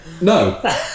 No